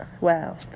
Wow